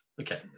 Okay